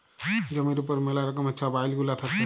জমির উপর ম্যালা রকমের ছব আইল গুলা থ্যাকে